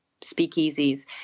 speakeasies